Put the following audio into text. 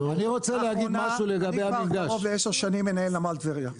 אני כבר קרוב לעשר שנים מנהל נמל טבריה,